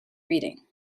reading